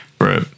Right